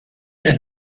qed